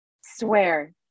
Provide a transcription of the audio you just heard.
swear